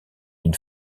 une